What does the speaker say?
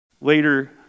Later